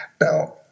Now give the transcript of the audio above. Now